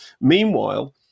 Meanwhile